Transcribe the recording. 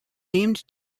aimed